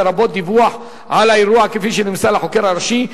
לרבות דיווח על האירוע כפי שנמסר לחוקר הראשי,